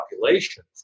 populations